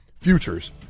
Futures